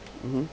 mmhmm